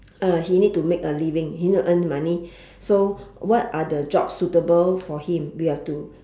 uh he need to make a living he need to earn money so what are the jobs suitable for him we have to